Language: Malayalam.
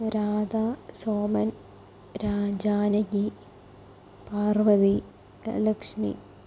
രാധ സോമൻ ജാനകി പാർവ്വതി ലക്ഷ്മി